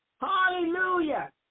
Hallelujah